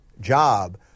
job